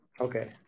Okay